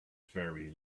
very